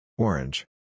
Orange